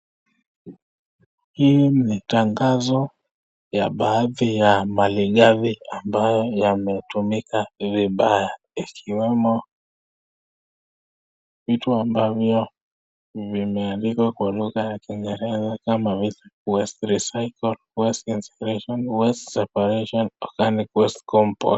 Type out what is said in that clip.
Hii ni tangazo ya baadhi ya mali gavi ambayo yametumika vibaya ikiwemo vitu ambavyo vimeandikwa kwa lugha ya kiingereza kama vile, [waste recycle, waste inspiration, waste separation, organic waste compound].